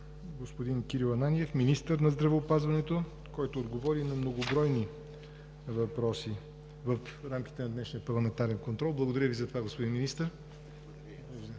господин Кирил Ананиев – министър на здравеопазването, който отговори на многобройни въпроси в рамките на днешния парламентарен контрол. Благодаря Ви за това, господин Министър. Продължаваме